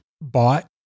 bought